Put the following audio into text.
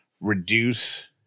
reduce